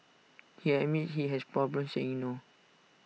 he admits he has problems saying no